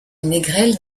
négrel